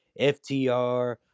FTR